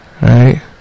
right